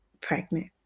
pregnant